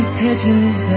pigeons